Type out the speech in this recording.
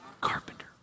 Carpenter